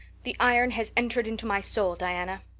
the iron has entered into my soul, diana.